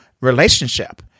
relationship